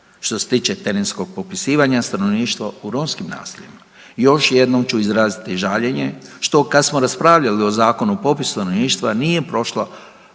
što se tiče terenskog popisivanja stanovništva u romskim naseljima još jednom ću izraziti žaljenje što kad smo raspravljali o Zakonu o popisu stanovništva nije prošla